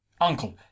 uncle